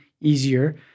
easier